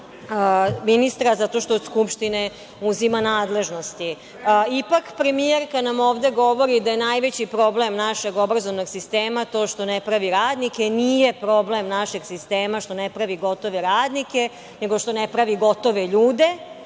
ministra zato što od Skupštine uzima nadležnosti. Ipak, premijerka nam ovde govori da je najveći problem našeg obrazovnog sistema to što ne pravi radnike, nije problem našeg sistema što ne pravi gotove radnike, nego što ne pravi gotove ljude,